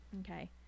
Okay